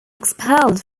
expelled